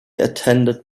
attended